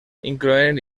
incloent